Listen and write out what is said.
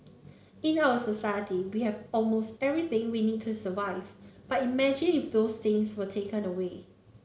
in our society we have almost everything we need to survive but imagine if those things were taken away